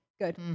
good